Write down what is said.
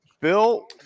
Bill